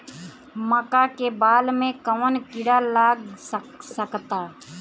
मका के बाल में कवन किड़ा लाग सकता?